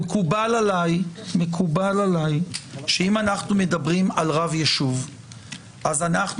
מקובל עליי שאם אנחנו מדברים על רב יישוב אז אנחנו